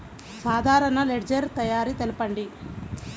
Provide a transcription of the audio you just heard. సాధారణ లెడ్జెర్ తయారి తెలుపండి?